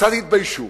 קצת התביישו.